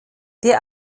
der